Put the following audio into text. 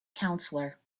counselor